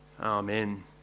Amen